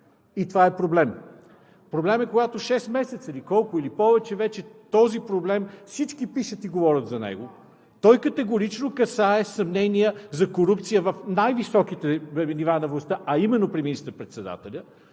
и това е проблем. Проблем е, когато 6 месеца, или колко, или повече вече за този проблем всички пишат и говорят за него, той категорично касае съмнения за корупция в най-високите нива на властта, а именно при министър-председателя,